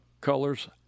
colors